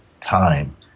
time